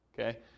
Okay